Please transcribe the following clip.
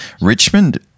Richmond